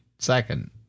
Second